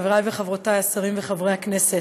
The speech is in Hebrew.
חברי וחברותי השרים וחברי הכנסת,